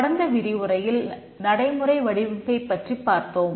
கடந்த விரிவுரையில் நடைமுறை வடிவமைப்பைப் பற்றிப் பார்த்தோம்